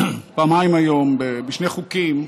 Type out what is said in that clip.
פעמיים היום, בשני חוקים,